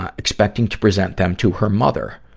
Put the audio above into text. ah expecting to present them to her mother.